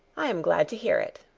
i am glad to hear it.